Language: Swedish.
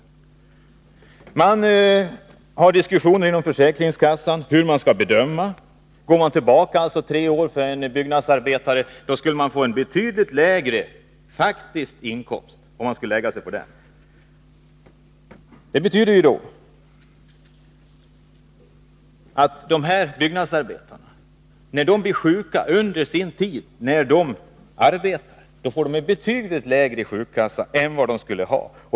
Inom försäkringskassan har man haft diskussioner om vilken bedömning man skall göra. Går man tillbaka tre år i tiden, finner man att en byggnadsarbetare då hade betydligt lägre faktisk inkomst. Om sjukpenningen grundas på den inkomsten betyder det, att om dessa byggnadsarbetare blir sjuka under den tid de arbetar, får de betydligt lägre sjukpenning än de skulle ha.